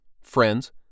friends